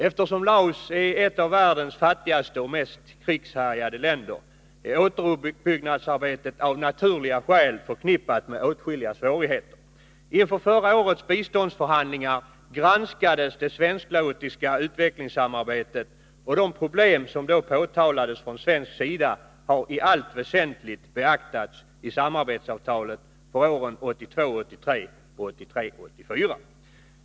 Eftersom Laos är ett av världens fattigaste och mest krigshärjade länder är återuppbyggnadsarbetet av naturliga skäl förknippat med åtskilliga svårigheter. Inför förra årets biståndsförhandlingar granskades det svensk-laotiska utvecklingssamarbetet, och de problem som då påtalades från svensk sida har i allt väsentligt beaktats i samarbetsavtalet för åren 1982 84.